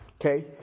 Okay